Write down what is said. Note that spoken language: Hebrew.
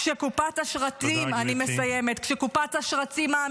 כשקופת השרצים --- תודה, גברתי.